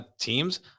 teams